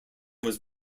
was